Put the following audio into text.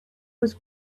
was